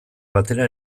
batera